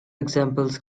examples